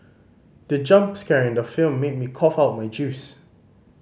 the jump scare in the film made me cough out my juice